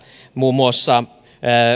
muun muassa